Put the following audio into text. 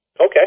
Okay